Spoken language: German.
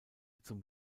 zum